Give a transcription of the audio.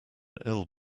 ill